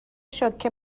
شوکه